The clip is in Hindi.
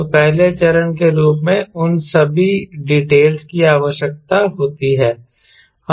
तो पहले चरण के रूप में उन सभी डीटेल्स की आवश्यकता होती है